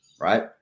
Right